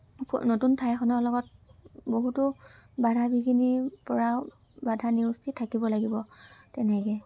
নতুন ঠাই এখনৰ লগত বহুতো বাধা বিঘিনিৰপৰাও বাধা নেওচি থাকিব লাগিব তেনেকৈ